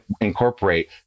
incorporate